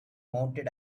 mounted